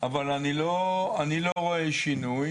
אבל אני לא רואה שינוי,